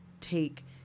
take